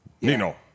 Nino